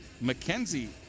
Mackenzie